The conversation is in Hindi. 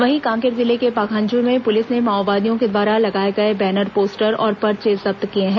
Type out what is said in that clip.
वहीं कांकेर जिले के पखांजूर में पुलिस ने माओवादियों द्वारा लगाए गए बैनर पोस्टर और पर्चे जब्त किए हैं